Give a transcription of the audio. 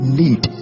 need